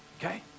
okay